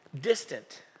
distant